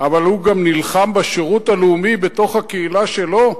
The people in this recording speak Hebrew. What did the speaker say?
אבל הוא נלחם בשירות הלאומי בתוך קהילה שלו,